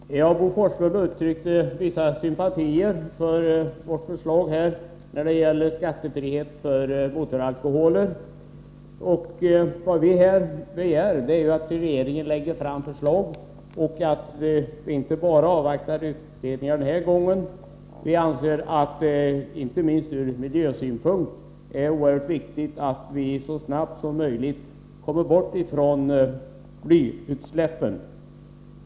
Herr talman! Bo Forslund uttryckte vissa sympatier för vårt förslag om skattefrihet för motoralkoholer. Vad vi här begär är ju att regeringen lägger fram förslag och att man den här gången inte bara avvaktar utredningar. Vi anser att det inte minst från miljösynpunkt är oerhört viktigt att vi så snabbt som möjligt kommer bort från blyutsläppen.